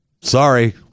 sorry